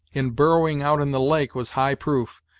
in burrowing out in the lake, was high proof,